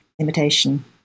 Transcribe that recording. imitation